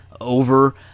over